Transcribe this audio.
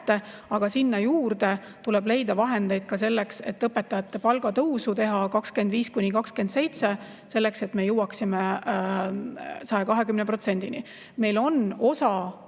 Aga sinna juurde tuleb leida vahendeid ka selleks, et õpetajate palgatõusu teha 2025–2027, selleks et me jõuaksime 120%‑ni. Meil on osa